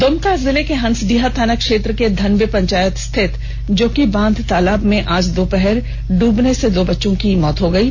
द्मका जिले के हंसडीहा थाना क्षेत्र के धनबे पंचायत स्थित जोकि बांध तालाब में आज दोपहर में ड्रबने से दो बच्चों की मौत हो गयी